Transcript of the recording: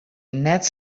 net